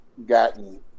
Gotten